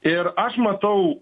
ir aš matau